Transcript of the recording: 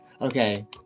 Okay